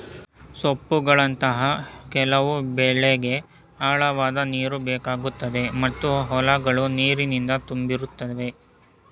ಸೊಪ್ಪುಗಳಂತಹ ಕೆಲವು ಬೆಳೆಗೆ ಆಳವಾದ್ ನೀರುಬೇಕಾಗುತ್ತೆ ಮತ್ತು ಹೊಲಗಳು ನೀರಿನಿಂದ ತುಂಬಿರುತ್ತವೆ